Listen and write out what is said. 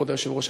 כבוד היושב-ראש,